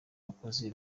bakozi